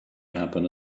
happen